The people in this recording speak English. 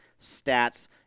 stats